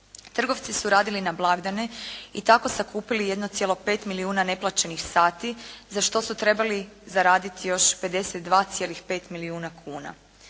Trgovci su radili na blagdane i tako sakupili 1,5 milijuna neplaćenih sati za što su trebali zaraditi još 52,5 milijuna kuna.